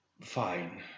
Fine